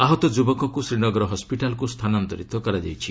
ଆହତ ଯୁବକକୁ ଶ୍ରୀନଗର ହସ୍କିଟାଲ୍କୁ ସ୍ଥାନାନ୍ତର କରାଯାଇଛି